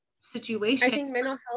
situation